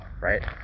right